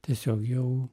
tiesiog jau